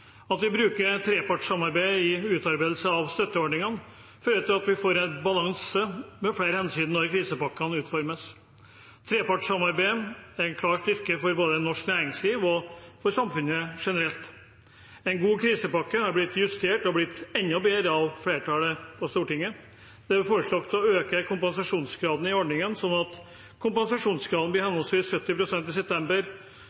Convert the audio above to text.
At vi bruker trepartssamarbeidet i utarbeidelse av støtteordningene, fører til at vi får en balanse opp mot flere hensyn når krisepakkene utformes. Trepartssamarbeidet er en klar styrke både for norsk næringsliv og for samfunnet generelt. En god krisepakke har blitt justert av flertallet på Stortinget og er blitt enda bedre. Det er foreslått å øke kompensasjonsgraden i ordningen, slik at kompensasjonsgraden blir